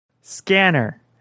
Scanner